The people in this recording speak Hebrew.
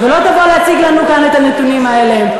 ולא תבוא להציג לנו כאן את הנתונים האלה.